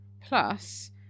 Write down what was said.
Plus